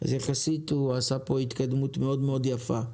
אז יחסית הוא עשה פה התקדמות מאוד, מאוד יפה.